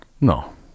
No